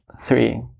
Three